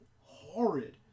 horrid